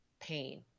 pain